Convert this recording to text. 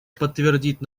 подтвердить